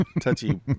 touchy